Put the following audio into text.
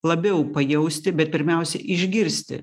labiau pajausti bet pirmiausia išgirsti